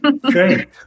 Great